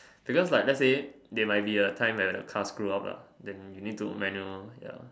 because like let's say there might be a time where the car screws up lah then you need to manual ya